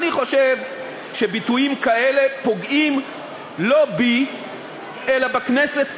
אני חושב שביטויים כאלה פוגעים לא בי אלא בכנסת כולה.